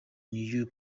new